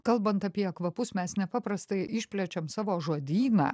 kalbant apie kvapus mes nepaprastai išplečiam savo žodyną